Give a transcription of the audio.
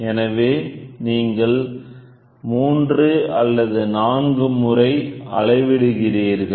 எனவே நீங்கள் 3 அல்லது 4 முறை அளவிடுகிறீர்கள்